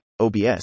OBS